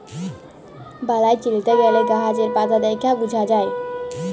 বালাই চিলতে গ্যালে গাহাচের পাতা দ্যাইখে বুঝা যায়